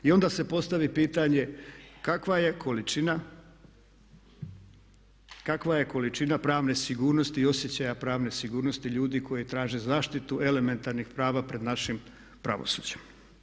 I onda se postavi pitanje kakva je količina, kakva je količina pravne sigurnosti i osjećaja pravne sigurnosti ljudi koji traže zaštitu elementarnih prava pred našim pravosuđem.